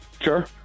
Sure